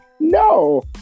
No